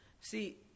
See